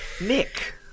Nick